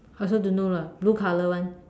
I also don't know lah blue color [one]